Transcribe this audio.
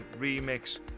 remix